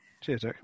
cheers